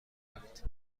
رفت